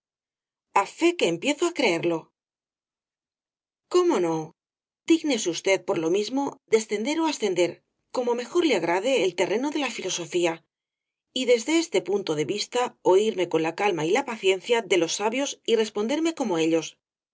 v o rosalía de castro cómo no dígnese usted por lo mismo descender ó ascender como mejor le agrade al terreno de la filosofía y desde este punto de vista oirme con la calma y la paciencia de los sabios y responderme como ellos